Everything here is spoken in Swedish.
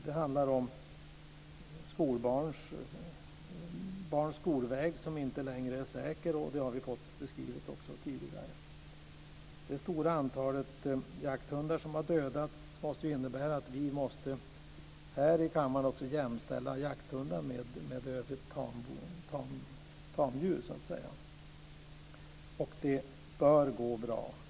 Det handlar om barns resvägar till skolan som inte längre är säkra. Det har vi också fått beskrivit tidigare. Det stora antalet jakthundar som har dödats måste innebära att vi här i kammaren måste jämställa jakthundar med övriga tamdjur.